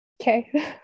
okay